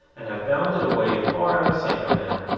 and have bounded away far out of sight by now.